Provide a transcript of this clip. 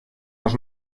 los